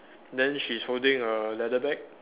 then she's holding a leather bag